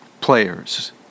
players